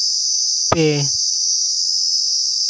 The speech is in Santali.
ᱯᱮ